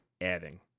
adding